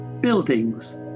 buildings